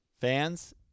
fans